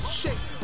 shake